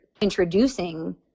introducing